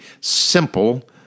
simple